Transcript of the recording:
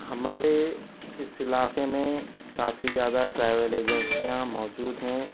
ہمارے اس علاقے میں کافی زیادہ ٹریول ایجنسیاں موجود ہیں